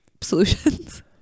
Solutions